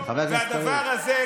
והדבר הזה,